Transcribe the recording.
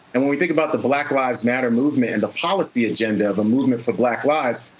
and when we think about the black lives matter movement and the policy agenda of a movement for black lives,